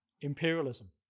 imperialism